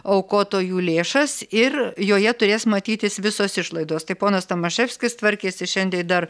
aukotojų lėšas ir joje turės matytis visos išlaidos tai ponas tomaševskis tvarkėsi šiandie dar